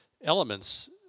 elements